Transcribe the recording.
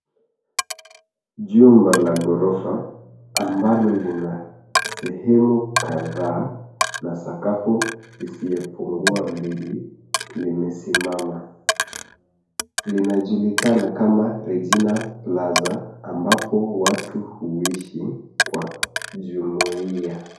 Jumba la ghorofa ambalo lina sehemu kadhaa na sakafu isiyopungua mbili limesimama. Linajulikana kama Regina Plaza ambapo watu huishi kwa jumuiya.